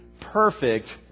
perfect